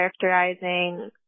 characterizing